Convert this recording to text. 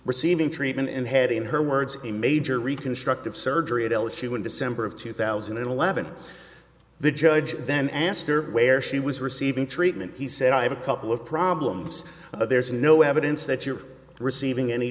receiving treatment and had in her words a major reconstructive surgery adela's she one december of two thousand and eleven the judge then asked her where she was receiving treatment he said i have a couple of problems there's no evidence that you're receiving any